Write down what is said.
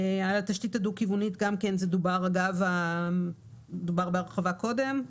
גם על תשתית דו-כיוונית דובר בהרחבה קודם.